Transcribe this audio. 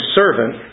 servant